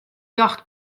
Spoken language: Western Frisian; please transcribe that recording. ljocht